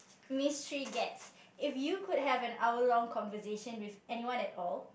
mystery guest if you could have an hour long conversation with anyone at all